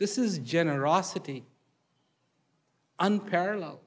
this is generosity unparalleled